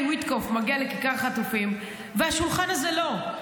וויטקוף מגיע לכיכר החטופים והשולחן הזה לא?